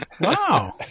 Wow